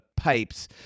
Pipes